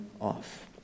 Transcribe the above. off